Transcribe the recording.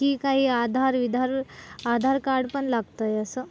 की काही आधार विधार आधार कार्ड पण लागतंय असं